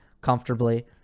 comfortably